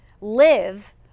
live